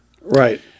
right